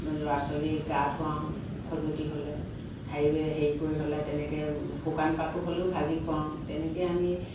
ল'ৰা ছোৱালী গা ধোৱাওঁ খজুৱতি হ'লে হেৰি কৰি হ'লে সেনেকৈ শুকান পাতো হ'লেও ভাজি খুৱাওঁ তেনেকৈ আমি